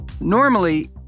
Normally